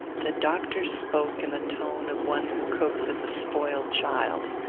the doctor spoke in the tone of one who coaxes a spoiled child.